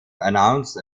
announced